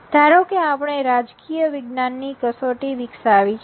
ધારો કે આપણે રાજકીય વિજ્ઞાનની કસોટી વિકસાવી છે